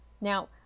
Now